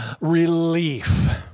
relief